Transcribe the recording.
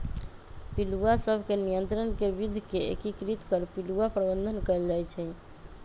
पिलुआ सभ के नियंत्रण के विद्ध के एकीकृत कर पिलुआ प्रबंधन कएल जाइ छइ